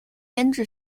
编制